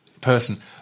person